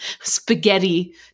spaghetti